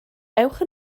ewch